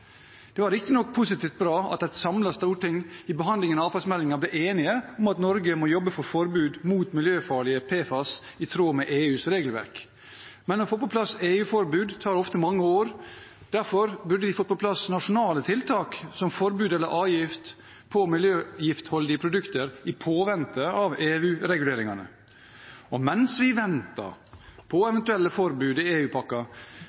Det var riktignok positivt bra at et samlet storting i behandlingen av avfallsmeldingen ble enige om at Norge må jobbe for forbud mot miljøfarlige PFAS i tråd med EUs regelverk. Men det å få på plass et EU-forbud tar ofte mange år. Derfor burde vi få på plass nasjonale tiltak som forbud om eller avgift på miljøgiftholdige produkter i påvente av EU-reguleringene. Og mens vi venter på